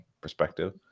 perspective